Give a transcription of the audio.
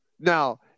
Now